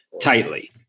tightly